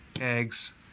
eggs